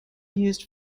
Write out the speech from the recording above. used